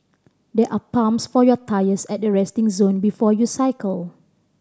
there are pumps for your tyres at the resting zone before you cycle